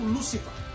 Lucifer